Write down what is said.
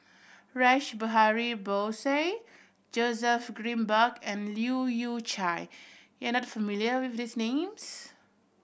Rash Behari Bose Joseph Grimberg and Leu Yew Chye you are not familiar with these names